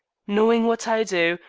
knowing what i do,